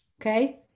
Okay